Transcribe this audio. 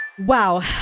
Wow